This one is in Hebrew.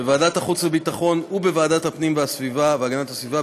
בוועדת החוץ והביטחון ובוועדת הפנים והגנת הסביבה,